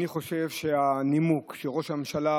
אני חושב שהנימוק שראש הממשלה